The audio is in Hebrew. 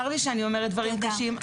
צר לי שאני אומרת דברים קשים,